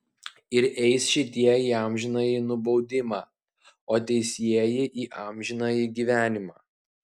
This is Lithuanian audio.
ir eis šitie į amžinąjį nubaudimą o teisieji į amžinąjį gyvenimą